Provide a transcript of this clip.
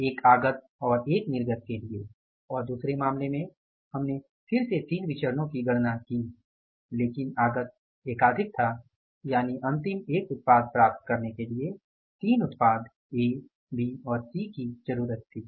एक आगत और एक निर्गत के लिए और दूसरे मामले में हमने फिर से 3 विचरणो की गणना की लेकिन आगत एकाधिक था यानि अंतिम एक उत्पाद प्राप्त करने के लिए 3 उत्पाद ए बी और सी की जरुरत थी